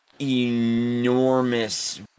enormous